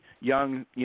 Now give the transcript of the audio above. young